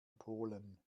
polen